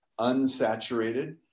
unsaturated